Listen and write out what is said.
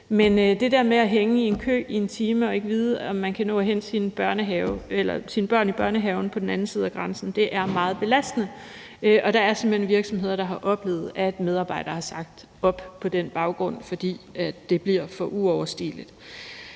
Men det der med at hænge i en kø i en time og ikke vide, om man kan nå at hente sine børn i børnehaven på den anden side af grænsen, er meget belastende, og der er simpelt hen virksomheder, der har oplevet, at medarbejdere har sagt op på den baggrund, altså fordi det bliver for uoverstigeligt.